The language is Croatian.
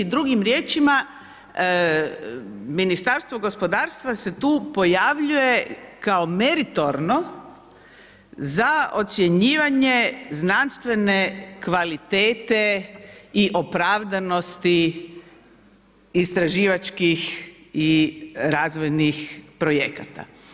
Drugim riječima Ministarstvo gospodarstva se tu pojavljuje kao meritorno za ocjenjivanje znanstvene kvalitete i opravdanosti istraživačkih i razvojnih projekata.